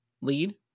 lead